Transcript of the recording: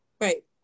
Right